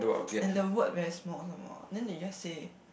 and the word very small small then they just say